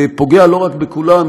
פוגע לא רק בכולנו,